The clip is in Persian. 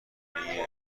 همه